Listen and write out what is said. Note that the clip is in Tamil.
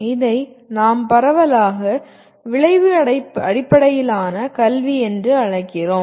இதை நாம் பரவலாக விளைவு அடிப்படையிலான கல்வி என்று அழைக்கிறோம்